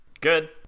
good